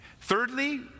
thirdly